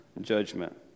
judgment